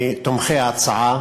מתומכי ההצעה.